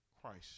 Christ